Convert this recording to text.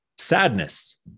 sadness